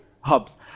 hubs